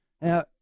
Now